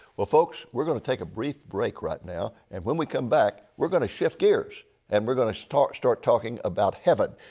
well, folks, we are going to take a brief break right now, and when we come back we are going to shift gears and we are going to start start talking about heaven,